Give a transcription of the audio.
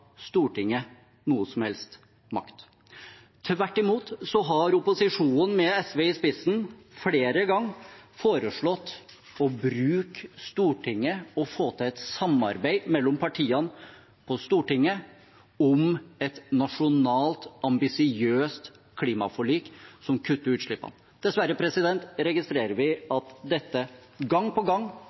Stortinget noe som helst makt. Tvert imot har opposisjonen med SV i spissen flere ganger foreslått å bruke Stortinget og få til et samarbeid mellom partiene på Stortinget om et nasjonalt ambisiøst klimaforlik som kutter utslippene. Dessverre registrerer vi at dette gang på gang